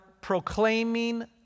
proclaiming